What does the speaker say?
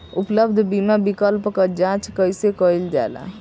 उपलब्ध बीमा विकल्प क जांच कैसे कइल जाला?